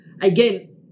Again